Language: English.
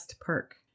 perk